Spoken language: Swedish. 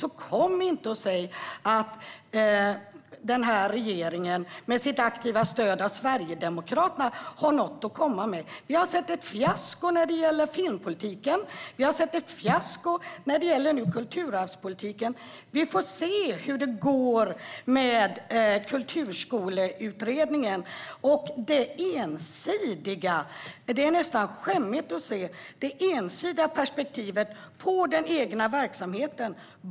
Så kom inte och säg att den här regeringen, med sitt aktiva stöd från Sverigedemokraterna, har något att komma med! Vi har sett ett fiasko när det gäller filmpolitiken. Vi har sett ett fiasko när det gäller kulturarvspolitiken. Vi får se hur det går med Kulturskoleutredningen. Det är nästan skämmigt att se det ensidiga perspektivet på den egna verksamheten.